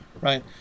right